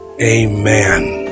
Amen